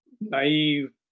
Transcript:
naive